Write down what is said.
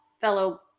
fellow